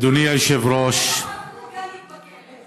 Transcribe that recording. אדוני היושב-ראש, נדרש איפוק, בכלא.